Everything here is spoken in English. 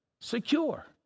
secure